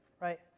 right